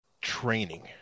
training